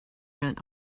rent